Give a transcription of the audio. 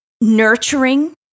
nurturing